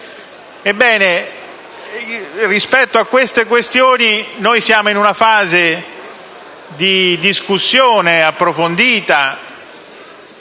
Ebbene, rispetto a tali questioni siamo in una fase di discussione approfondita